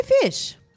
Fish